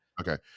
Okay